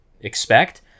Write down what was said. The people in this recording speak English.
expect